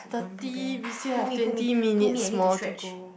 thirty we still have twenty minutes more to go